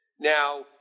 Now